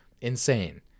insane